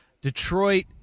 Detroit